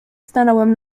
stanąłem